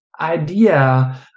idea